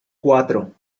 cuatro